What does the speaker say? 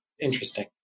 interesting